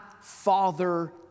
father